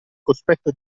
cospetto